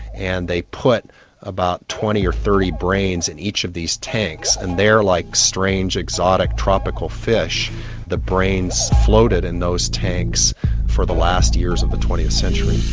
and they put about twenty or thirty brains in each of these tanks and there like strange exotic tropical fish the brains floated in those tanks for the last years of the twentieth century.